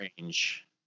range